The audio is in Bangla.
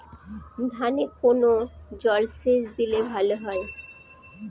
ধানে কোন জলসেচ দিলে ভাল হয়?